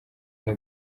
umwe